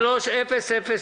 33-002,